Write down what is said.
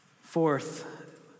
Fourth